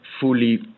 fully